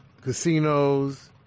casinos